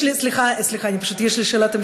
סליחה, פשוט יש לי שאלת המשך.